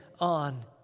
on